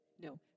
No